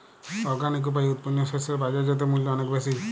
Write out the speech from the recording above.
organic উপায়ে উৎপন্ন শস্য এর বাজারজাত মূল্য অনেক বেশি